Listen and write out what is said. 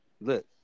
Look